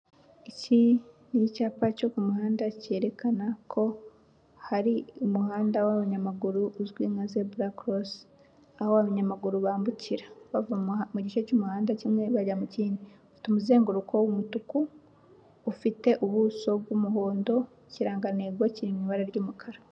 Iki ni icyapa cyo ku muhanda cyerekana ko hari umuhanda w'abanyamaguru uzwi nka zebura korosi. Aho abanyamaguru bambukira, bava mu gice cy'umuhanda kimwe bajya mu kindi .Ufite umuzenguruko w'umutuku, ufite ubuso bw'umuhondo, ikirangantego kiri mu ibara ry'umukara.